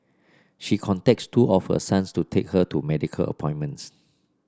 she contacts two of her sons to take her to medical appointments